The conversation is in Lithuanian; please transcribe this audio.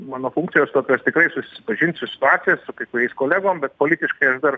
mano funkcijos tokios tikrai susipažint su situacija su kai kuriais kolegom bet politiškai aš dar